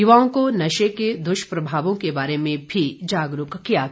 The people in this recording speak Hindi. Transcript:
युवाओं को नशे के दुष्प्रभावों के बारे भी जागरूक किया गया